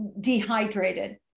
dehydrated